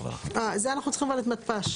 --- זה אנחנו צריכים את מתפ"ש.